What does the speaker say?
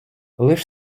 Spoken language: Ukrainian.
лиш